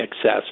excess